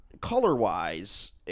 Color-wise